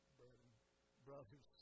brothers